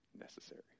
necessary